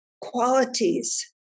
qualities